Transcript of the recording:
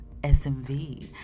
SMV